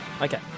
Okay